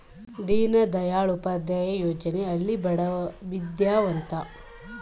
ದೀನದಯಾಳ್ ಉಪಾಧ್ಯಾಯ ಯೋಜನೆ ಹಳ್ಳಿ ಬಡ ವಿದ್ಯಾವಂತ ಯುವಕರ್ಗೆ ಸ್ವ ಉದ್ಯೋಗ ಮಾಡೋಕೆ ನೆರವು ನೀಡ್ತಿದೆ